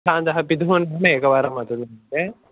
भवन्तः पितुः नाम एकवारं वदन्तु महोदय